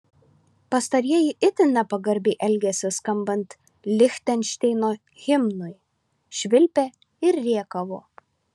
pastarieji itin nepagarbiai elgėsi skambant lichtenšteino himnui švilpė ir rėkavo